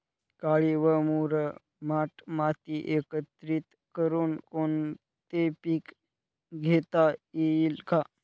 काळी व मुरमाड माती एकत्रित करुन कोणते पीक घेता येईल का?